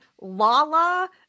Lala